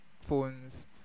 phones